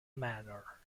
manor